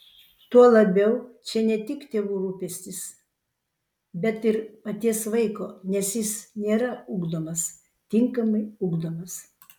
tuo labiau čia ne tik tėvų rūpestis bet ir paties vaiko nes jis nėra ugdomas tinkamai ugdomas